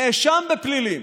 נאשם בפלילים.